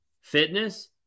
fitness